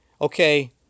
okay